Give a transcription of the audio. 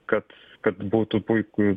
kad kad būtų puiku